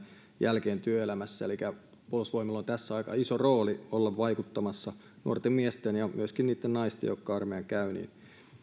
jälkeen työelämässä elikkä puolustusvoimilla on tässä aika iso rooli olla vaikuttamassa nuorten miesten ja myöskin niitten naisten jotka armeijan käyvät